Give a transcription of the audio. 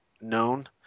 known